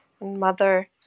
mother